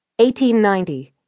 1890